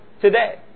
today